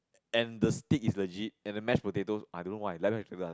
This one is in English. and the steak is legit and the mash potato I don't know why